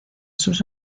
sus